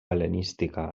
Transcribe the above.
hel·lenística